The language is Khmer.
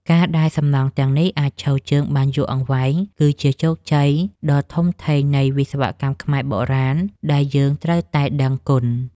ការដែលសំណង់ទាំងនេះអាចឈរជើងបានយូរអង្វែងគឺជាជោគជ័យដ៏ធំធេងនៃវិស្វកម្មខ្មែរបុរាណដែលយើងត្រូវតែដឹងគុណ។